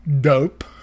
Dope